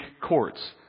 courts